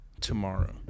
tomorrow